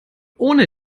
ohne